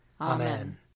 Amen